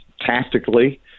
Tactically